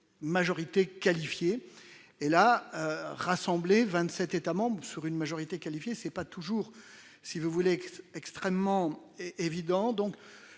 majorité qualifiée et là rassemblé 27 États-membres sur une majorité qualifiée, ce n'est pas toujours si vous voulez, extrêmement évident donc